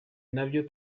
nabyo